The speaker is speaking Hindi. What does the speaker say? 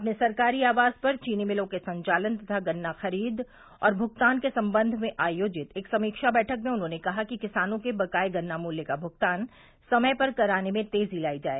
अपने सरकारी आवास पर चीनी मिलों के संचालन तथा गन्ना खरीद और भगतान के संबंध में आयोजित एक समीक्षा बैठक में उन्होंने कहा कि किसानों के बकाये गन्ना मूल्य का भुगतान समय पर कराने में तेजी लाई जाय